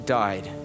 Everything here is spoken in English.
died